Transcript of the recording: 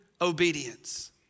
obedience